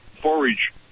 forage